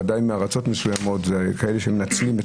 ודאי מארצות מסוימות וכאלה שמנצלים את